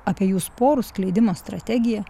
apie jų sporų skleidimo strategija